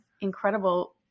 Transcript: incredible